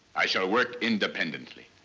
i shall work independently.